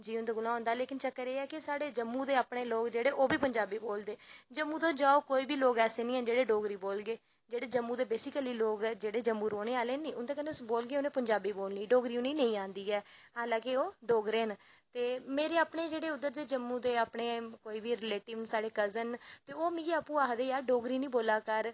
जी उंदे कोला दा होंदा लेकिन चक्कर एह् ऐ कि जम्मू दे अपने लोग जेह्ड़े ओह् बी पंजाबी बोलदे जम्मू तुस जाओ कोई बी लोग ऐले नी होन जेह्ड़े डोगरी बोलगे जेह्ड़े जम्मू दे बेसिकली लोग न जम्मू दे रौह्ने आह्ले न नी उंदे कन्नै बोलगे उने पंजाबी बोलनी उनेगी डोगरी नी औंदी ऐ हां हालांके ओह् डोगरे न ते मेरे जेह्ड़े अपने उद्दर दे कोई बी रलेटिव न साढ़े कजन न ते ओह् मिगी अप्पूं आखदे जार डोगरी नी बोला कर